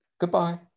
Goodbye